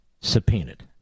subpoenaed